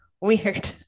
weird